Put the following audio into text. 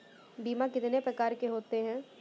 बीमा कितनी प्रकार के होते हैं?